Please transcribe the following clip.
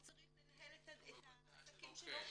הוא צריך לנהל את העסקים שלו